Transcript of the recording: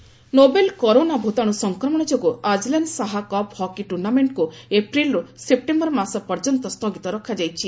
Azlan Shah hockey novel corona ଭୂତାଣୁ ସଂକ୍ରମଣ ଯୋଗୁଁ ଆଜଲାନ ଶାହା କପ୍ ହକି ଟୁର୍ଣ୍ଣାମେଣ୍ଟକୁ ଏପ୍ରିଲରୁ ସେପ୍ଟେମ୍ବର ମାସ ପର୍ଯ୍ୟନ୍ତ ସ୍ଥଗିତ ରଖାଯାଇଛି